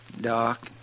Doc